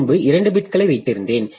முன்பு 2 பிட்களை வைத்திருந்தேன்